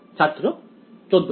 ছাত্র 14 টা